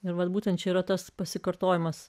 ir vat būtent čia yra tas pasikartojimas